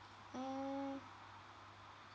mm